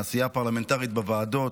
העשייה הפרלמנטרית בוועדות,